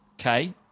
Okay